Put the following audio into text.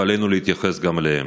ועלינו להתייחס גם אליהם.